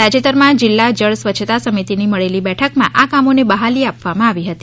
તાજેતર જિલ્લા જળ સ્વચ્છતા સમિતિની મળેલ બેઠકમાં આ કામોને બહાલી આપવામાં આવી હતી